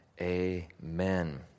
Amen